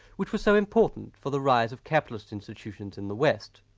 which was so important for the rise of capitalist institutions in the west.